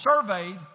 surveyed